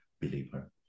believer